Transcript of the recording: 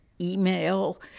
email